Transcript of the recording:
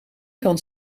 kan